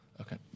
Okay